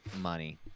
money